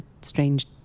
strange